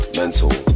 mental